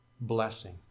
blessing